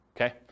okay